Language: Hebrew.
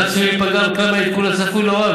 אינם צפויים להיפגע כלל מהעדכון הצפוי להוראה,